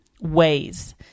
ways